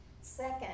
Second